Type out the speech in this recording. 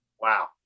Wow